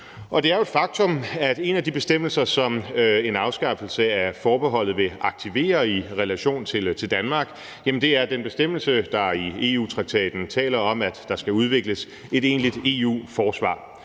Det er jo et faktum, at en af de bestemmelser, som en afskaffelse af forbeholdet vil aktivere i relation til Danmark, er den bestemmelse, der i EU-traktaten taler om, at der skal udvikles et egentligt EU-forsvar.